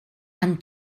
amb